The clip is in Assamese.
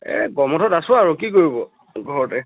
এই গৰম বন্ধত আছোঁ আৰু কি কৰিব ঘৰতে